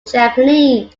japanese